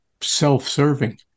self-serving